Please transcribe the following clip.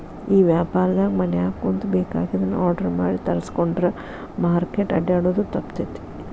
ಈ ವ್ಯಾಪಾರ್ದಾಗ ಮನ್ಯಾಗ ಕುಂತು ಬೆಕಾಗಿದ್ದನ್ನ ಆರ್ಡರ್ ಮಾಡಿ ತರ್ಸ್ಕೊಂಡ್ರ್ ಮಾರ್ಕೆಟ್ ಅಡ್ಡ್ಯಾಡೊದು ತಪ್ತೇತಿ